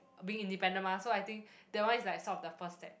being independent mah so I think that one is like sort of the first step